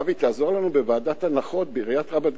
תעזור לנו בוועדת הנחות בעיריית רמת-גן.